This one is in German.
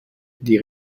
die